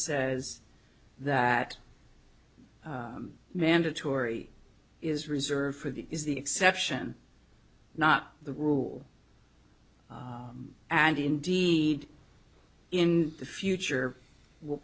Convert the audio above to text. says that mandatory is reserved for the is the exception not the rule and indeed in the future will